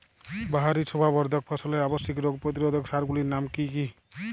বাহারী শোভাবর্ধক ফসলের আবশ্যিক রোগ প্রতিরোধক সার গুলির নাম কি কি?